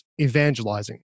evangelizing